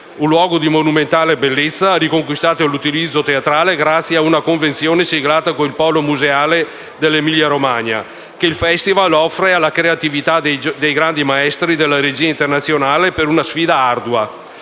un luogo di monumentale bellezza, riconquistato all'utilizzo teatrale grazie a una convenzione siglata con il Polo museale dell'Emilia-Romagna, che il Festival offre alla creatività dei grandi maestri della regia internazionale per una sfida ardua: